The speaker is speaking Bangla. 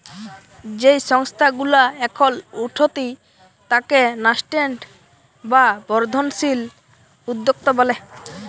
যেই সংস্থা গুলা এখল উঠতি তাকে ন্যাসেন্ট বা বর্ধনশীল উদ্যক্তা ব্যলে